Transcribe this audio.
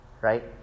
Right